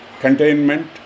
containment